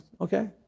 okay